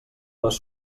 les